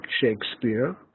Shakespeare